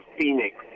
phoenix